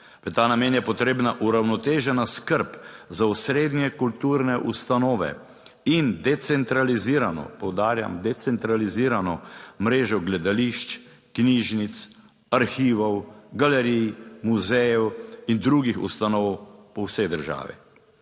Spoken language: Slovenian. V ta namen je potrebna uravnotežena skrb za osrednje kulturne ustanove in decentralizirano, poudarjam, decentralizirano mrežo gledališč, knjižnic, arhivov, galerij, muzejev in drugih ustanov po vsej državi.